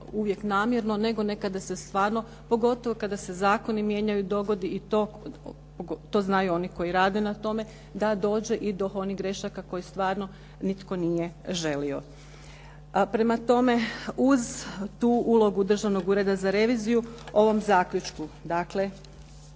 uvijek namjerno, nego nekada se stvarno pogotovo kada se zakoni mijenjaju dogodi i to, to znaju oni koji rade na tome, da dođe i do onih grešaka koje stvarno nitko nije želio. Prema tome, uz tu ulogu Državnog ureda za reviziju ovom zaključku, dakle